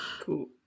Cool